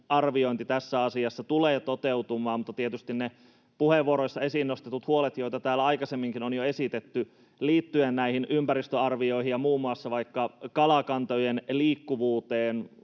arviointi tässä asiassa tulee toteutumaan. Mutta tietysti on ne puheenvuoroissa esiin nostetut huolet, joita täällä aikaisemminkin on jo esitetty, liittyen näihin ympäristöarvioihin ja muun muassa vaikka kalakantojen liikkuvuuteen.